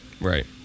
Right